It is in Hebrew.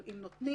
אבל אם נותנים,